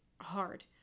hard